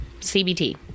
CBT